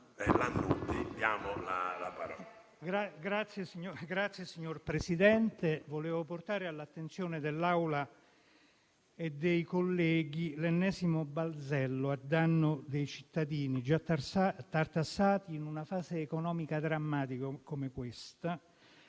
(M5S). Signor Presidente, desidero portare all’attenzione dell’Assemblea e dei colleghi l’ennesimo balzello a danno dei cittadini, già tartassati, in una fase economica drammatica come questa